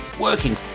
working